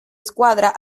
escuadra